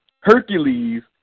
Hercules